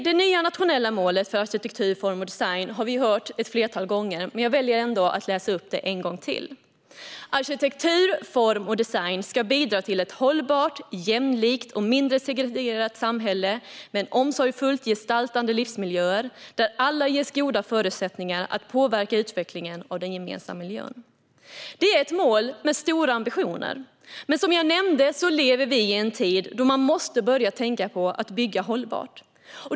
Det nya nationella målet för arkitektur-, form och designpolitiken har vi hört ett flertal gånger, men jag väljer ändå att läsa upp det en gång till: Arkitektur, form och design ska bidra till ett hållbart, jämlikt och mindre segregerat samhälle med omsorgsfullt gestaltade livsmiljöer, där alla ges goda förutsättningar att påverka utvecklingen av den gemensamma miljön. Det är ett mål med stora ambitioner. Men som jag nämnde lever vi i en tid då vi måste börja tänka på att bygga hållbart.